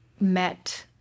met